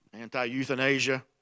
anti-euthanasia